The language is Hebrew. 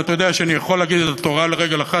ואתה יודע שאני יכול להגיד את התורה על רגל אחת,